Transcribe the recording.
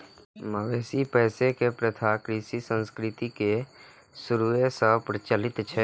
मवेशी पोसै के प्रथा कृषि संस्कृति के शुरूए सं प्रचलित छै